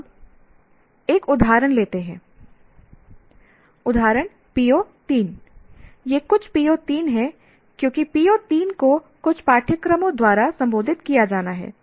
अब एक उदाहरण लेते हैं उदाहरण PO3 यह कुछ PO3 है क्योंकि PO3 को कुछ पाठ्यक्रमों द्वारा संबोधित किया जाना है